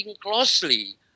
closely